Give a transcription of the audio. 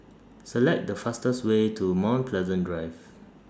Select The fastest Way to Mount Pleasant Drive